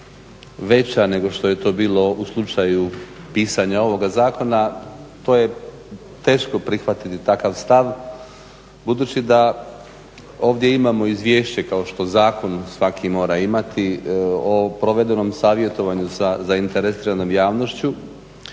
veća nego što je to bilo u slučaju pisanja ovoga zakona, to je teško prihvatiti takav stav. Budući da ovdje imamo izvješće kao što zakon svaki mora imati o provedenom savjetovanju sa zainteresiranom javnošću